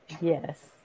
Yes